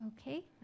Okay